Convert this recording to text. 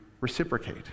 reciprocate